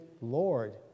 Lord